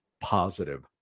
positive